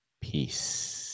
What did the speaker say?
peace